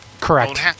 Correct